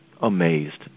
amazed